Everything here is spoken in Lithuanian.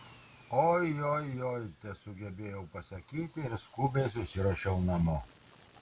ojojoi tesugebėjau pasakyti ir skubiai susiruošiau namo